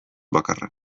bakarra